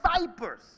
vipers